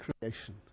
creation